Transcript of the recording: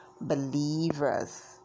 believers